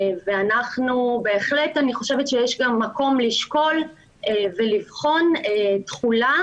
אני בהחלט חושבת שיש מקום לשקול ולבחון תחולה